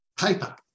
paper